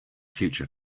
future